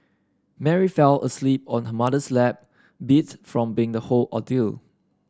Mary fell asleep on her mother's lap beats from the whole ordeal